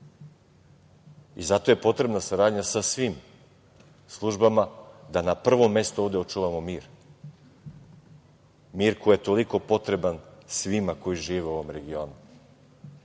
zato je potrebna saradnja sa svim službama da na prvo mesto ovde očuvamo mir, mir koji je toliko potreban svima koji žive ovde u regionu.